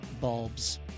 bulbs